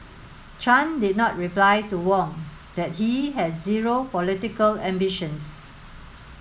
chan did not reply to Wong that he has zero political ambitions